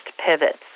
pivots